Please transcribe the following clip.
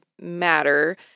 matter